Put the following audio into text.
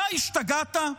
אתה השתגעת?